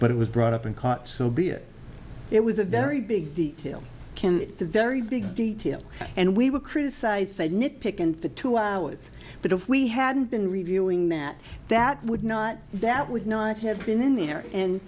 but it was brought up and caught so be it it was a very big deal very big detail and we were criticized by a nit pick in the two hours but if we hadn't been reviewing that that would not that would not have been in there